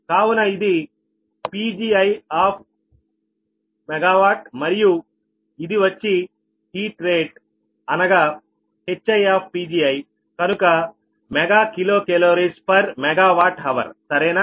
కావున ఇది PgiMWమరియు ఇది వచ్చి హీట్ రేట్ అనగా HiPgiకనుక MkCalMWHrసరేనా